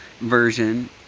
version